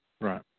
right